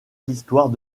l’histoire